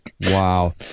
Wow